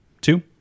two